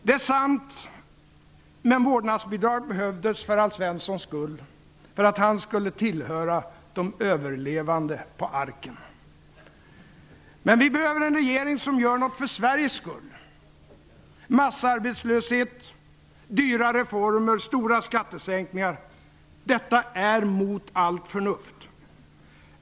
Det är sant, men vårdnadsbidraget behövdes för Alf Svenssons skull -- för att han skall tillhöra de överlevande på arken. Men vi behöver en regering som gör något för Sveriges skull. Massarbetslöshet, dyra reformer, stora skattesänkningar -- detta är mot allt förnuft.